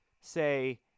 say